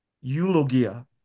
Eulogia